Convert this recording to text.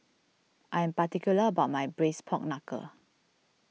I am particular about my Braised Pork Knuckle